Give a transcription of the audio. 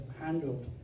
handled